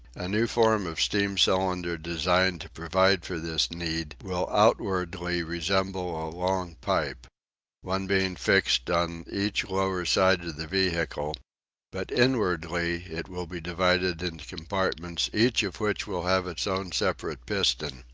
a new form of steam cylinder designed to provide for this need will outwardly resemble a long pipe one being fixed on each lower side of the vehicle but inwardly it will be divided into compartments each of which will have its own separate piston.